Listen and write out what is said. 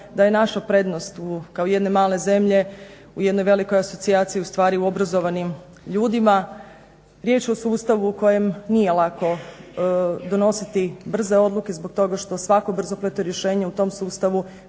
da je naša prednost kao jedne male zemlje u jednoj velikoj asocijaciji ustvari u obrazovanim ljudima. Riječ je o sustavu u kojem nije lako donositi brze odluke zbog toga što svako brzopleto rješenje u tom sustavu